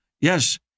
Yes